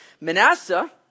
Manasseh